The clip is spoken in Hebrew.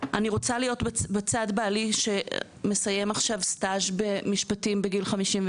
אני רוצה להיות לצד בעלי שמסיים עכשיו סטאז' במשפטים בגיל 56,